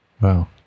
Wow